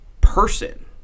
person